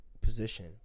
position